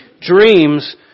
dreams